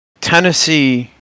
Tennessee